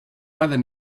weather